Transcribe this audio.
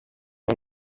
w’u